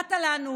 קראת לנו